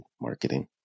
marketing